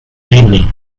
really